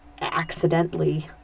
accidentally